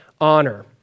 honor